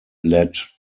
led